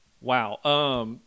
wow